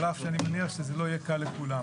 על אף שאני מניח שזה לא יהיה קל לכולם,